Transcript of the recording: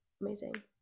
amazing